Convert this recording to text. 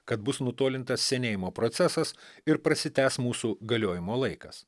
kad bus nutolinta senėjimo procesas ir prasitęs mūsų galiojimo laikas